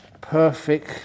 perfect